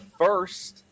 first